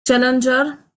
challenger